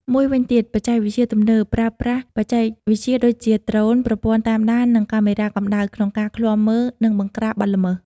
មួយវិញទៀតបច្ចេកវិទ្យាទំនើប ប្រើប្រាស់បច្ចេកវិទ្យាដូចជា ដ្រូន ប្រព័ន្ធតាមដាន និងកាមេរ៉ាកម្ដៅ ក្នុងការឃ្លាំមើល និងបង្ក្រាបបទល្មើស។